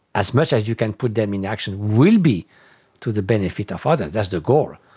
as much as you can put them in action, will be to the benefit of others, that's the goal.